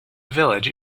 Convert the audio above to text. village